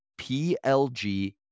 PLG